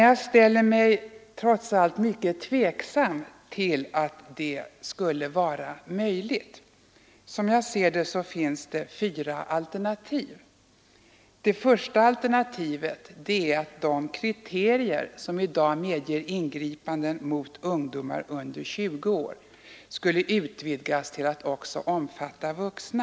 Jag ställer mig dock mycket tveksam till om detta skulle vara möjligt. Som jag ser det föreligger fyra alternativ. Det första alternativet är att de kriterier som i dag medger ingripanden mot ungdomar under 20 år skulle utvidgas till att också omfatta vuxna.